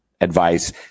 advice